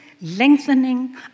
lengthening